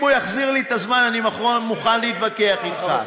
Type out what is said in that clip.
אם הוא יחזיר לי את הזמן, אני מוכן להתווכח אתך.